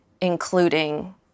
including